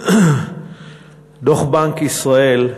דוח בנק ישראל,